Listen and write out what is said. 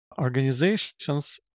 organizations